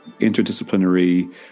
interdisciplinary